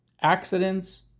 accidents